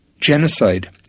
genocide